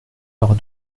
heure